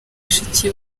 bashiki